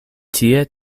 tie